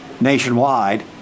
nationwide